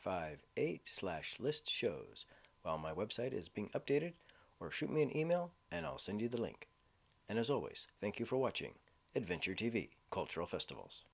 five eight slash list shows well my website is being updated or shoot me an email and i'll send you the link and as always thank you for watching adventure t v cultural festivals